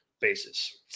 basis